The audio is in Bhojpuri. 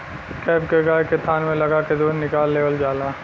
कैप के गाय के थान में लगा के दूध निकाल लेवल जाला